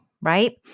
right